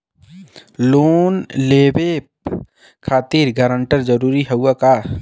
Loan लेवब खातिर guarantor जरूरी हाउ का?